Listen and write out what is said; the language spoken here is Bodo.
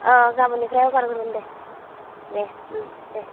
अ गाबोननिफ्राय हगारहरगोन दे देह देह